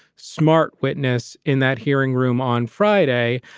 smart witness in that hearing room on friday.